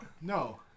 No